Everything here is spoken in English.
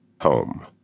home